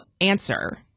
answer